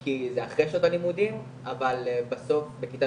כי זה אחרי שעות הלימודים אבל בסוף בכיתה